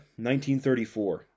1934